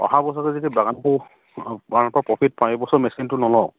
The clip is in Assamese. অহা বছৰতে যদি এইবছৰ মেচিনটো নলওঁ